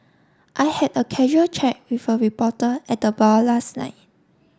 I had a casual chat with a reporter at the bar last night